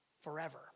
forever